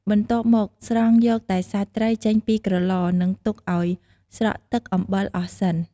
បន្ទាប់មក ស្រង់យកតែសាច់ត្រីចេញពីក្រឡ និង ទុកឱ្យស្រក់ទឹកអំបិលអស់សិន។